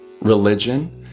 Religion